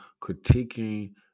critiquing